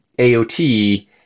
AOT